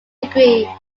degree